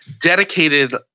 dedicated